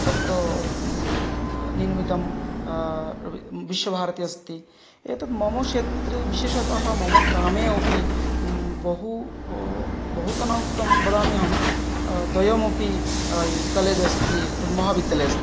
तत्र निर्मितं विश्वभारति अस्ति एतत् मम क्षेत्रे विशेषतः मम ग्रामे अपि बहु बहुतनोक्तं वदामि अहं द्वयमपि कालेज् अस्ति महाविद्यालयः अस्ति